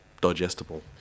digestible